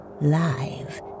live